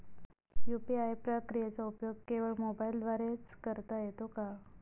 UPI प्रक्रियेचा उपयोग केवळ मोबाईलद्वारे च करता येतो का?